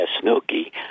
Snooky